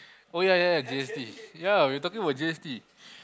oh ya ya ya G_S_T ya we were talking about G_S_T